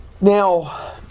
Now